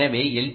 எனவே எல்